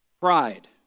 pride